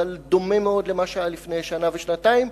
אבל דומה מאוד למה שהיה לפני שנה ושנתיים,